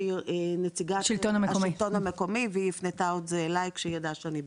שהיא נציגת השלטון המקומי והפנתה את זה אליי כשידעה שאני באה.